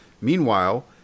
Meanwhile